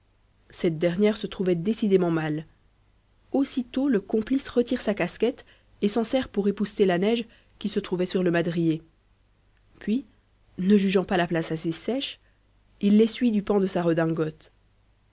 cette dernière se trouvait décidément mal aussitôt le complice retire sa casquette et s'en sert pour épousseter la neige qui se trouvait sur le madrier puis ne jugeant pas la place assez sèche il l'essuie du pan de sa redingote